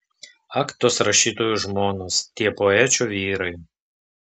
ak tos rašytojų žmonos tie poečių vyrai